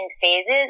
phases